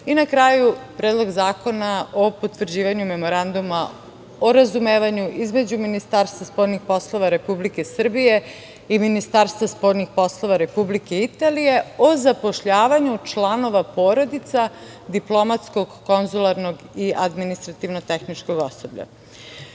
i na kraju Predlog zakona o potvrđivanju Memoranduma o razumevanju između Ministarstva spoljnih poslova Republike Srbije i Ministarstva spoljnih poslova Republike Italije o zapošljavanju članova porodica diplomatskog, konzularnog i administrativno-tehničkog osoblja. Tokom